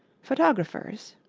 photographers.